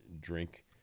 drink